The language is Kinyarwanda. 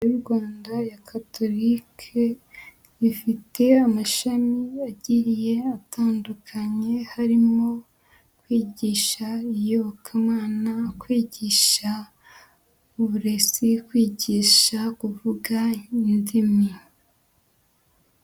Kaminuza y'u Rwanda ya catorike ifite amashami agiye atandukanye. Harimo kwigisha iyobokamana, kwigisha uburezi, kwigisha kuvuga indimi.